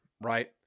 right